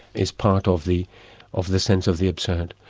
is part of the of the sense of the absurd.